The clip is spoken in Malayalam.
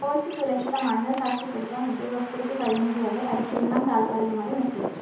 കോഴ്സ് സുരക്ഷിതമാണെന്ന് സാക്ഷ്യപ്പെടുത്താൻ ഉദ്യോഗസ്ഥർക്ക് കഴിയുന്നതു വരെ പരിശീലനം താൽക്കാലികമായി നിർത്തി വെച്ചു